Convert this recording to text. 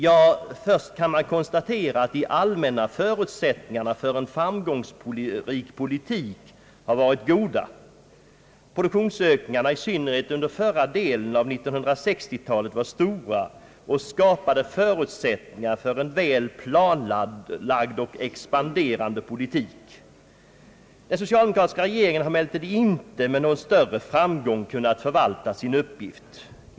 Ja, först kan man konstatera att de allmänna förutsättningarna för en framgångsrik politik varit goda. Produktionsökningarna i synnerhet under förra delen av 1960-talet var stora och skapade förutsättningar för en väl planlagd och expanderande politik. Den socialdemokratiska regeringen har emellertid inte med någon större framgång kunnat förvalta sin uppgift.